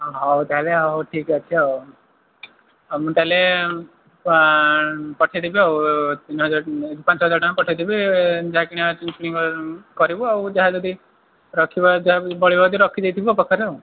ହଁ ହଉ ତା'ହେଲେ ହଉ ଠିକ୍ ଅଛି ଆଉ ହଉ ମୁଁ ତା'ହେଲେ ପଠାଇ ଦେବି ଆଉ ତିନି ହଜାର ପାଞ୍ଚ ହଜାର ଟଙ୍କା ପଠାଇ ଦେବି ଯାହା କିଣିବାର ଅଛି କିଣାକିଣି କରିବୁ ଆଉ ଯାହା ଯଦି ରଖିବୁ ବଳିବ ଯଦି ରଖିଦେଇଥିବୁ ପାଖରେ ଆଉ